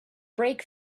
brake